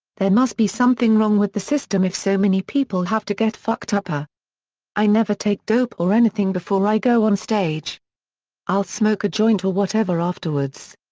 there must be something wrong with the system if so many people have to get fucked up. i never take dope or anything before i go on stage i'll smoke a joint or whatever afterwards.